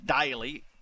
daily